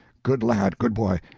good lad, good boy.